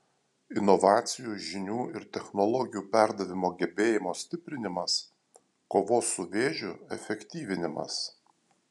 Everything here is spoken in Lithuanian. inovacijų žinių ir technologijų perdavimo gebėjimo stiprinimas kovos su vėžiu efektyvinimas